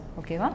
okay